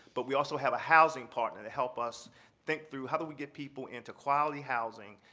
but we also have a housing partner to help us think through how do we get people into quality housing,